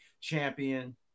champion